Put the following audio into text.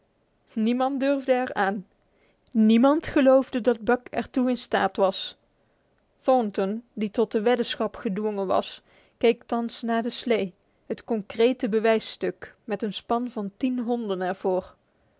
niemand durfde er aan niemand geloofde dat buck er toe in staat was thornton die tot de weddenschap gedwongen was keek thans naar de slee het concrete bewijsstuk met een span van tien honden er voor